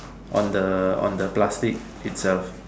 on the on the plastic itself